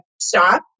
stop